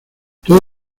todo